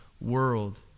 world